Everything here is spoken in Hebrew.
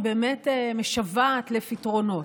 היא באמת משוועת לפתרונות.